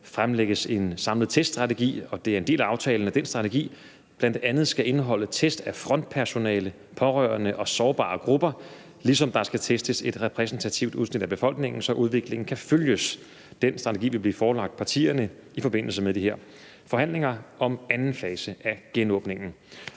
fremlægges en samlet teststrategi, og det er en del af aftalen, at den strategi bl.a. skal indeholde test af frontpersonale, pårørende og sårbare grupper, ligesom der skal testes et repræsentativt udsnit af befolkningen, så udviklingen kan følges. Den strategi vil blive forelagt partierne i forbindelse med de her forhandlinger om anden fase af genåbningen.